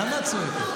למה את צועקת?